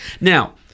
Now